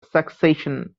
succession